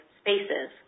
spaces